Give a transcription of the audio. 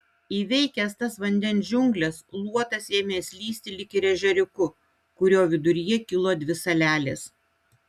įveikęs tas vandens džiungles luotas ėmė slysti lyg ir ežeriuku kurio viduryje kilo dvi salelės